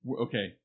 okay